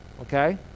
okay